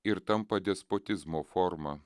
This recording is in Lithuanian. ir tampa despotizmo forma